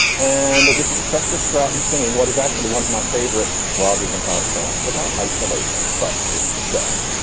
and this is chester stratton singing what is actually one of my favorite rodgers and hart songs about isolation but with sex